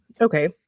okay